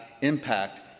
impact